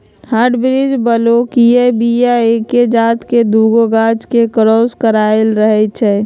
hybrid बलौकीय बीया एके जात के दुगो गाछ के क्रॉस कराएल रहै छै